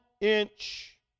inch